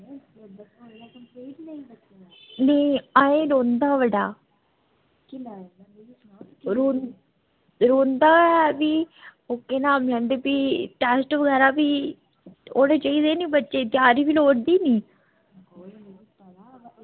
नेईं अजें रौंह्दा बड़ा रौह्न रौंह्दा ऐ बी ओह् केह् नाम लैंदे फ्ही टैस्ट बगैरा फ्ही होने चाहिदे नी बच्चे त्यारी बी लोड़दी नी